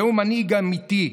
זהו מנהיג אמיתי.